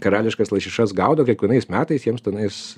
karališkas lašišas gaudo kiekvienais metais jiems tenais